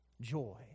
joy